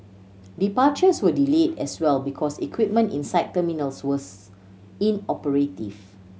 departures were delayed as well because equipment inside terminals was inoperative